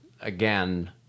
again